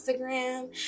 Instagram